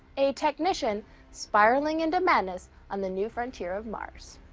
a technician spiraling into madness on the new frontier of mars.